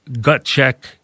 gut-check